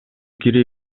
кире